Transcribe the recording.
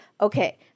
Okay